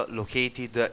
located